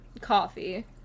coffee